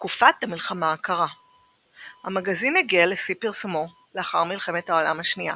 תקופת המלחמה הקרה המגזין הגיע לשיא פרסומו לאחר מלחמת העולם השנייה